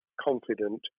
confident